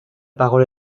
parole